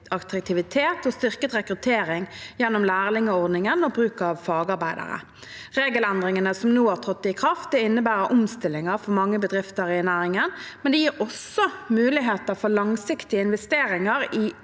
og styrket rekruttering gjennom lærlingordningen og bruk av fagarbeidere. Regelendringene som nå har trådt i kraft, innebærer omstillinger for mange bedrifter i næringen, men gir også muligheter for langsiktige investeringer i egen